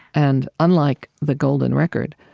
and unlike the golden record,